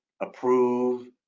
approve